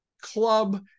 club